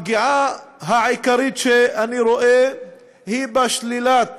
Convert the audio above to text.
הפגיעה העיקרית שאני רואה היא בשלילת